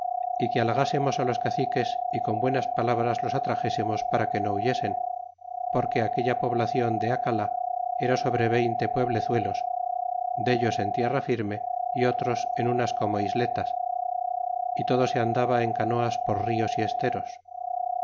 y que halagásemos los caciques y con buenas palabras los atraxésemos para que no huyesen porque aquella poblacion de acala era sobre veinte pueblezuelos dellos en tierra firme y otros en unas como isletas y todo se andaba en canoas por nos y esteros